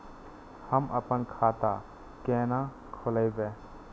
हम अपन खाता केना खोलैब?